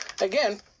again